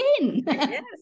Yes